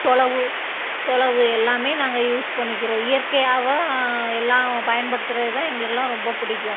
சொலவு சொலவு எல்லாமே நாங்கள் யூஸ் பண்ணிக்கிறோம் இயற்கையாக எல்லாம் பயன்படுத்துகிறது தான் எங்களுக்கெலாம் ரொம்ப பிடிக்கும்